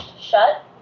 shut